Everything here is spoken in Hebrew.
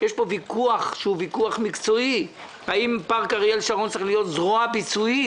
יש פה ויכוח מקצועי בשאלה: האם פארק אריאל שרון צריך להיות זרוע ביצועית